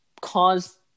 cause